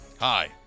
Hi